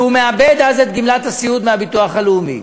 והוא מאבד אז את גמלת הסיעוד מהביטוח הלאומי.